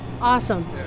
Awesome